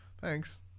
Thanks